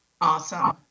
Awesome